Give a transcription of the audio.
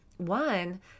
one